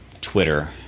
Twitter